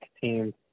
team